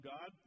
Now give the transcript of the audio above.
God